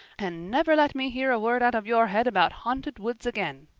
and never let me hear a word out of your head about haunted woods again.